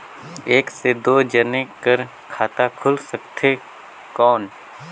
एक से दो जने कर खाता खुल सकथे कौन?